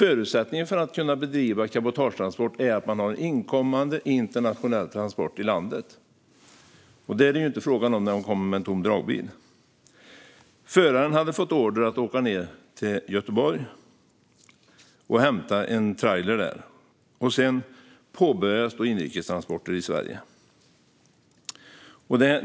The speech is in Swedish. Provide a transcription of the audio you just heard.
Förutsättningen för att bedriva cabotagetransport är att man har en inkommande internationell transport till landet, och det är det ju inte frågan om när man kommer med en tom dragbil. Föraren hade fått order att åka ned till Göteborg och hämta en trailer där. Sedan påbörjades inrikestransporter i Sverige.